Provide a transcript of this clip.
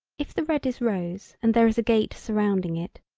if the red is rose and there is a gate surrounding it,